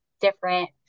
different